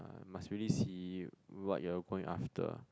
uh must really see what you are going after